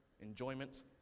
enjoyment